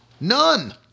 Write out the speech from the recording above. None